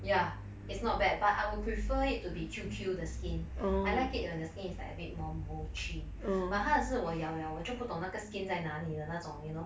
ya it's not bad but I would prefer it to be Q Q 的 skin I like it when the skin is like a bit more mochi but 它的是是我咬了我就不懂那个 skin 在哪里的那种 you know